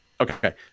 Okay